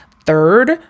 third